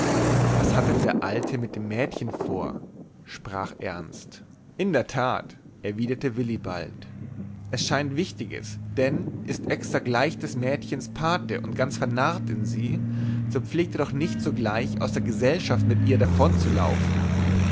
was hat der alte mit dem mädchen vor sprach ernst in der tat erwiderte willibald es scheint wichtiges denn ist exter gleich des mädchens pate und ganz vernarrt in sie so pflegt er doch nicht sogleich aus der gesellschaft mit ihr davonzulaufen